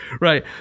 right